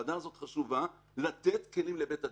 חשובה במתן כלים לבית הדין.